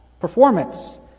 Performance